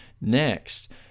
Next